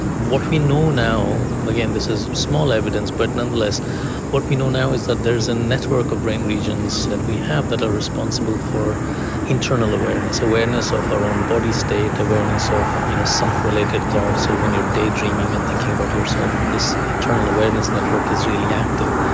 what we know now, again, this is small evidence, but nonetheless what we know now is that there is a network of brain regions that we have that are responsible for internal awareness, awareness of our own body state, awareness of you know self related thoughts or when you are daydreaming and thinking about yourself, this internal awareness network is really active.